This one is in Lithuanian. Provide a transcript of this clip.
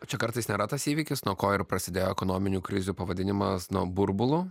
čia kartais nėra tas įvykis nuo ko ir prasidėjo ekonominių krizių pavadinimas nuo burbulų